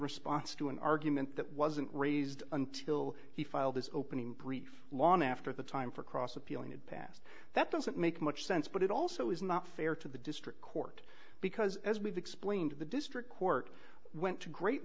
response to an argument that wasn't raised until he filed his opening brief long after the time for cross appealing had passed that doesn't make much sense but it also is not fair to the district court because as we've explained the district court went to great